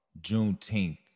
Juneteenth